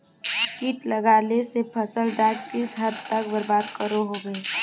किट लगाले से फसल डाक किस हद तक बर्बाद करो होबे?